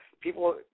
people